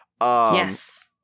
Yes